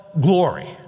glory